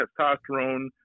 testosterone